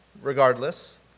Regardless